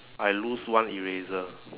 I lose one eraser